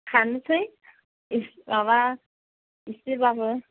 खानोसै एसे माबा एसेब्लाबो